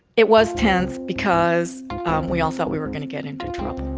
it was tense because we all thought we were going to get into trouble